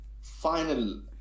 final